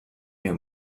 new